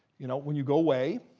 you know, when you go away,